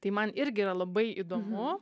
tai man irgi yra labai įdomu